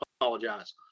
apologize